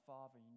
Father